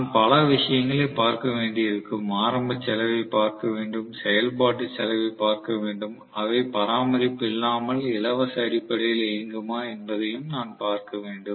நான் பல விஷயங்களைப் பார்க்க வேண்டியிருக்கும் ஆரம்ப செலவைப் பார்க்க வேண்டும் செயல்பாட்டு செலவைப் பார்க்க வேண்டும் அவை பராமரிப்பு இல்லாமல் இலவச அடிப்படையில் இயங்குமா என்பதையும் நான் பார்க்க வேண்டும்